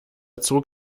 zog